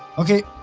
okay,